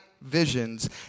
visions